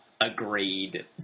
agreed